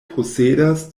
posedas